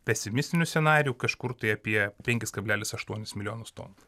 pesimistiniu scenariju kažkur tai apie penkis kablelis aštuoni milijonus tonų